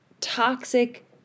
toxic